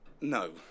No